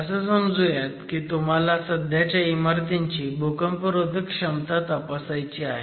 असं समजुयात की तुम्हाला सध्याच्या इमारतींची भूकंपरोधक क्षमता तपासायची आहे